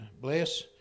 bless